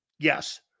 Yes